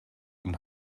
und